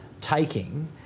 taking